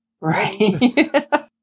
Right